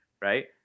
right